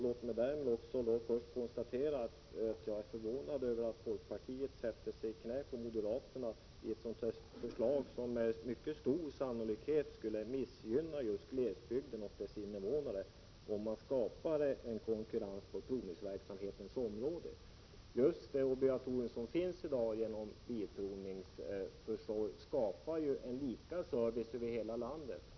Låt mig då först konstatera att jag är förvånad över att folkpartiet sätter sig i knät på moderaterna när det gäller ett sådant förslag om att skapa konkurrens inom provningsverksamheten, som med mycket stor sannolikhet skulle missgynna just glesbygden och dess invånare. Just det obligatorium som finns i dag genom Svensk Bilprovnings försorg skapar lika service över hela landet.